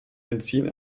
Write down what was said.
benzin